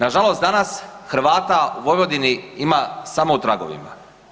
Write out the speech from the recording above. Nažalost, danas Hrvata u Vojvodini ima samo u tragovima.